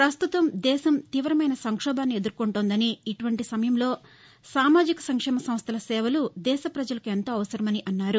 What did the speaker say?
ప్రస్తుతం దేశం తీవమైన సంక్షోభాన్ని ఎదుర్కొంటోందని ఇటువంటి సమయంలో సామాజిక సంక్షేమ సంస్థల సేవలు దేశ ప్రపజలకు ఎంతో అవసరమని అన్నారు